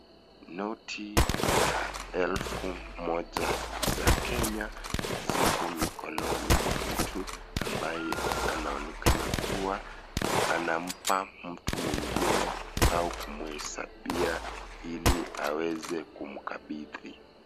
Noti za elfu moja za Kenya, zipo mikononi mwa mtu ambaye anaonekana kuwa anampa mtu mwingine au kumuhesabia ili aweze kumkabidhi.